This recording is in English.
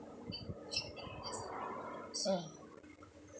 mm